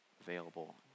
available